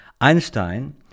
Einstein